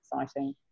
exciting